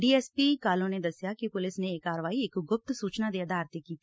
D S P Kahlon ਨੇ ਦਸਿਆ ਕਿ ਪੁਲਿਸ ਨੇ ਇਹ ਕਾਰਵਾਈ ਇਕ ਗੁਪਤ ਸੂਚਨਾ ਦੇ ਅਧਾਰ ਤੇ ਕੀਤੀ